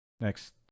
next